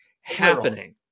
happening